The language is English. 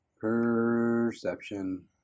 Perception